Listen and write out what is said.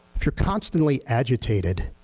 if you're constantly agitated,